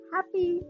Happy